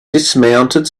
dismounted